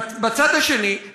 בצד השני,